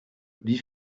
wie